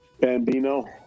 Bambino